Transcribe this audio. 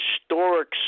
historic